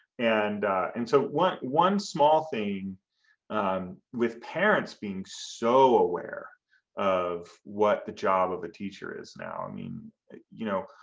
and and so one small thing um with parents being so aware of what the job of a teacher is now. i mean you know,